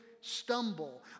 stumble